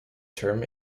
term